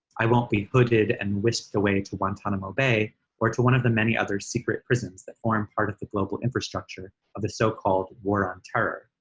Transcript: i won't be hooted and whisked away to guantanamo bay or to one of the many other secret prisons that form part of the global infrastructure of the so called war on terror.